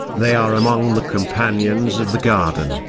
they are among the companions of the garden,